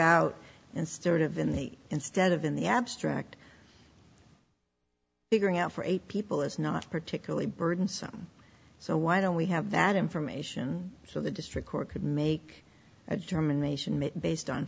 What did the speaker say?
sort of in the instead of in the abstract figuring out for eight people is not particularly burdensome so why don't we have that information so the district court could make a determination based on